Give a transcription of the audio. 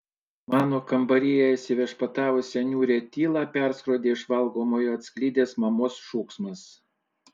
mano kambaryje įsiviešpatavusią niūrią tylą perskrodė iš valgomojo atsklidęs mamos šūksmas